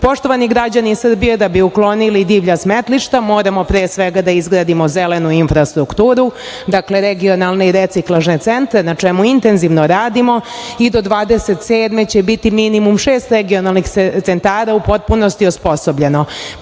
način. Poštovani građani Srbije da bi uklonili divlja smetlišta moramo pre svega da izgradimo zelenu infrastrukturu, dakle regionalne i reciklažne centre na čemu intenzivno radimo i do 2027. godine će biti minimum šest regionalnih centara u potpunosti uspostavljeno,